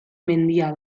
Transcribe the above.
mendia